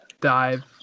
dive